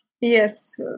Yes